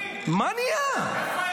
מה נהיה?